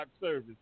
service